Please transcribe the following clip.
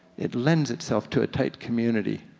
it lends itself to a tight community.